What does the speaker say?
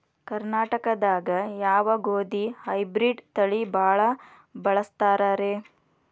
ಕರ್ನಾಟಕದಾಗ ಯಾವ ಗೋಧಿ ಹೈಬ್ರಿಡ್ ತಳಿ ಭಾಳ ಬಳಸ್ತಾರ ರೇ?